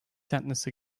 sentence